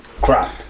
crap